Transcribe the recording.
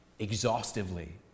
Exhaustively